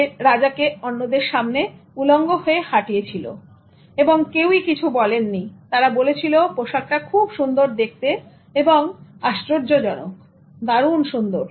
সে রাজাকে অন্যেদের সামনে উলঙ্গ হয়ে হাঁটিয়েছিল এবং কেউই কিছু বলেননি তারা বলেছিল পোশাকটা খুব সুন্দর দেখতে এবং আশ্চর্যজনক দারুন সুন্দর